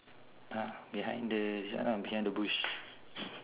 !huh! behind the this one lah behind the bush